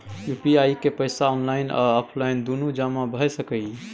UPI के पैसा online आ ऑफलाइन दुनू जमा भ सकै इ?